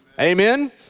Amen